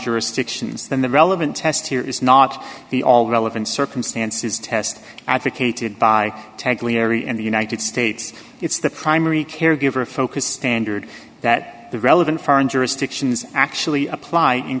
jurisdictions then the relevant test here is not the all relevant circumstances test advocated by tag larry and the united states it's the primary caregiver a focus standard that the relevant foreign jurisdictions actually apply in